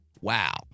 Wow